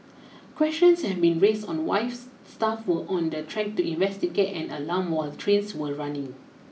questions have been raised on why staff were on the track to investigate an alarm while trains were running